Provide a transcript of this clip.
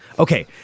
Okay